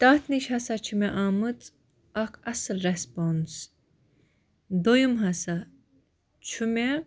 تَتھ نِش ہسا چھِ مےٚ آمٕژ اَکھ اصٕل ریٚسپوٛانٕس دوٚیِم ہسا چھُ مےٚ